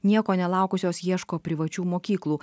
nieko nelaukusios ieško privačių mokyklų